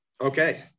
Okay